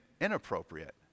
inappropriate